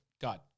God